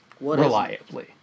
reliably